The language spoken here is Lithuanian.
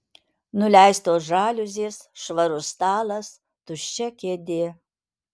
nuleistos žaliuzės švarus stalas tuščia kėdė